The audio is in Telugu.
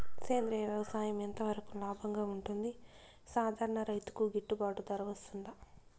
సేంద్రియ వ్యవసాయం ఎంత వరకు లాభంగా ఉంటుంది, సాధారణ రైతుకు గిట్టుబాటు ధర వస్తుందా?